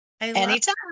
Anytime